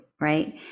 right